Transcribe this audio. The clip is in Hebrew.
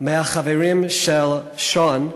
מהחברים של שון,